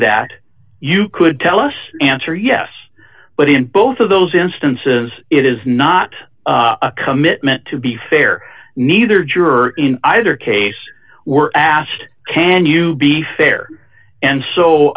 that you could tell us answer yes but in both of those instances it is not a commitment to be fair neither juror in either case were asked can you be fair and so